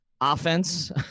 offense